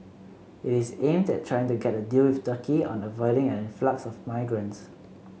it is aimed at trying to get a deal with Turkey on avoiding an influx of migrants